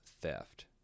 theft